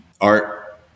art